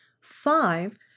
five